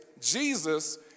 Jesus